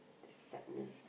the sadness